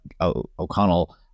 O'Connell